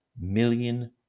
million